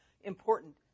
important